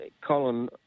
Colin